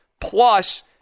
plus